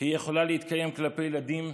היא יכולה להתקיים כלפי ילדים,